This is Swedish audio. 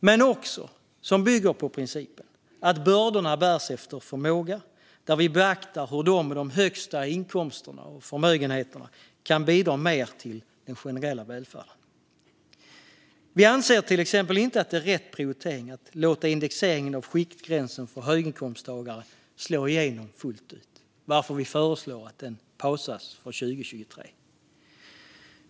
Men den ska också bygga på principen att bördorna bärs efter förmåga där vi beaktar hur de med de högsta inkomsterna och förmögenheterna kan bidra mer till den generella välfärden. Vi anser till exempel inte att det är rätt prioritering att låta indexeringen av skiktgränsen för höginkomsttagare slå igenom fullt ut, varför vi föreslår att den pausas för 2023.